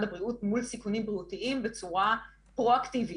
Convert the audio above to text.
הבריאות מול סיכונים בריאותיים בצורה פרואקטיבית,